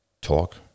talk